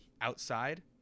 Outside